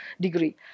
degree